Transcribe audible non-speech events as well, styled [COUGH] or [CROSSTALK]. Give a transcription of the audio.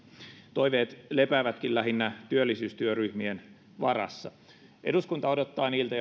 toiveet lepäävätkin lähinnä työllisyystyöryhmien varassa eduskunta odottaa niiltä [UNINTELLIGIBLE]